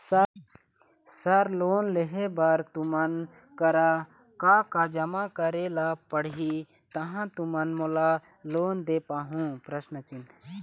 Sir loan लेहे बर तुमन करा का का जमा करें ला पड़ही तहाँ तुमन मोला लोन दे पाहुं?